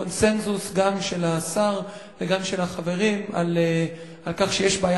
קונסנזוס גם של השר וגם של החברים על כך שיש בעיה